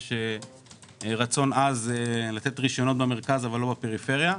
יש רצון עז לתת רשיונות במרכז אבל לא בפריפריה.